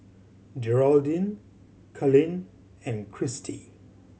Jeraldine Kalen and Kristi